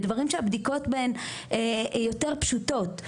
בדברים שהבדיקות בהן יותר פשוטות.